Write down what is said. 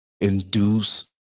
induce